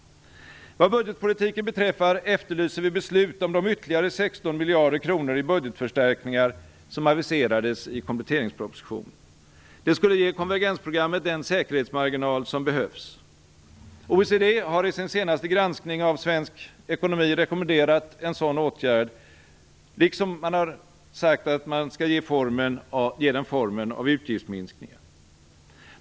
Vad budgetpolitiken beträffar efterlyser vi beslut om de ytterligare 16 miljarder kronor i budgetförstärkningar som aviserades i kompletteringspropositionen. Det skulle ge konvergensprogrammet den säkerhetsmarginal som behövs. OECD har i sin senaste granskning av svensk ekonomi rekommenderat en sådan åtgärd liksom att ge den formen av utgiftsminskningar.